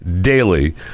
daily